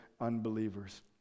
unbelievers